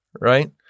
right